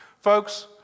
Folks